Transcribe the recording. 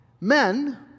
men